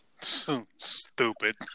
Stupid